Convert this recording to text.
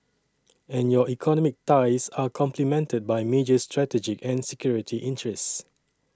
and your economic ties are complemented by major strategic and security interests